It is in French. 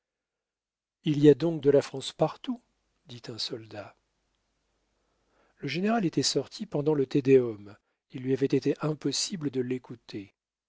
il y a donc de la france partout dit un soldat le général était sorti pendant le te deum il lui avait été impossible de l'écouter